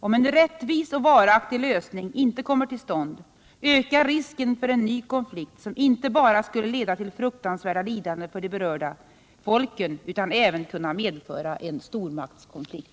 Om en rättvis och varaktig lösning inte kommer till stånd, ökar risken för en ny konflikt, som inte bara skulle leda till fruktansvärda lidanden för de berörda folken utan även kunna medföra en stormaktskonflikt.